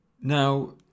Now